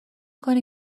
کنی